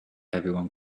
everyone